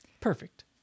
Perfect